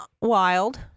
wild